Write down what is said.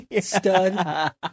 stud